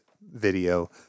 video